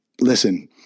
listen